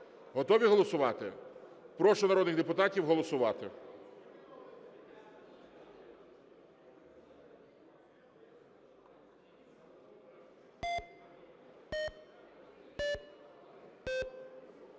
Готові голосувати? Прошу народних депутатів голосувати.